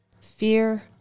Fear